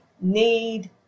need